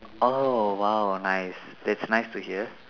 oh !wow! nice that's nice to hear